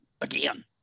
again